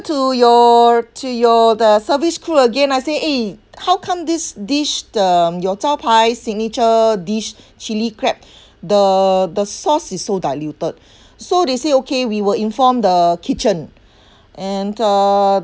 to your to your the service crew again I say eh how come this dish the your zhao pai signature dish chilli crab the the sauce is so diluted so they say okay we will inform the kitchen and uh